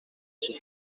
sus